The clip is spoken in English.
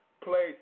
Place